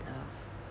enough